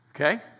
Okay